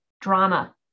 drama